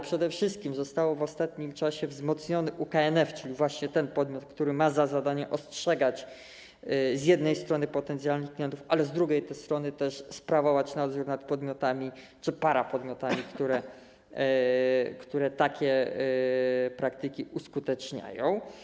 Przede wszystkim został w ostatnim czasie wzmocniony UKNF, czyli właśnie ten podmiot, który ma za zadanie ostrzegać z jednej strony potencjalnych klientów, ale z drugiej strony też sprawować nadzór nad podmiotami czy parapodmiotami, które takie praktyki uskuteczniają.